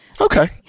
Okay